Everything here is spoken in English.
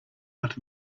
out